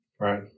Right